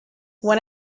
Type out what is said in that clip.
when